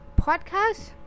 podcast